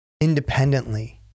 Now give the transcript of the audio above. independently